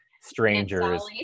strangers